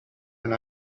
and